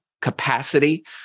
capacity